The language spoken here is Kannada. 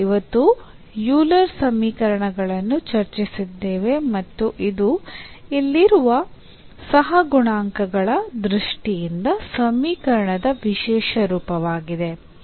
ನಾವು ಇವತ್ತು ಯೂಲರ್ ಸಮೀಕರಣಗಳನ್ನು ಚರ್ಚಿಸಿದ್ದೇವೆ ಮತ್ತು ಇದು ಇಲ್ಲಿರುವ ಸಹಗುಣಾಂಕಗಳ ದೃಷ್ಟಿಯಿಂದ ಸಮೀಕರಣದ ವಿಶೇಷ ರೂಪವಾಗಿದೆ